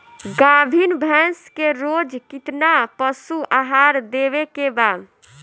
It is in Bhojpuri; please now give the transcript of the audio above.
गाभीन भैंस के रोज कितना पशु आहार देवे के बा?